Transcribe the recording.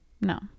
No